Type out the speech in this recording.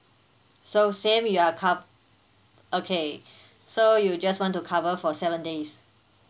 so same you're cov~ okay so you just want to cover for seven days